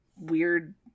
weird